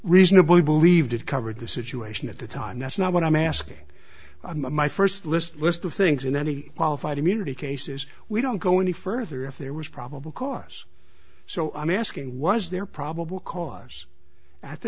reasonably believed it covered the situation at the time that's not what i'm asking my first list list of things in any qualified immunity cases we don't go any further if there was probable cause so i'm asking was there probable cause at the